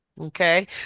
Okay